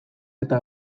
eta